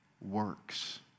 works